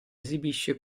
esibisce